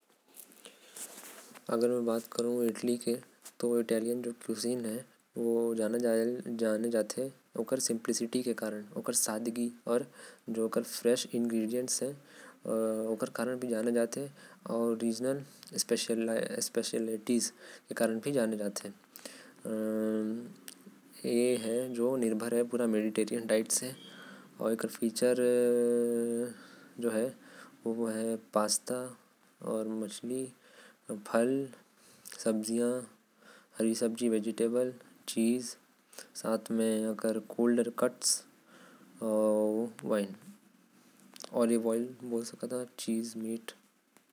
इटली अपन सादगी के लिए जानल जाएल। वहा के प्रमुख खाना के बात करब तो आएल। पास्ता, मछली, फल अउ सब्जी।